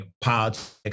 politics